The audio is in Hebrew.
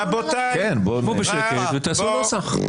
רבותיי, רבותיי -- שבו בשקט ותעשו נוסח.